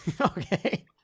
Okay